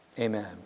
amen